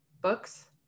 books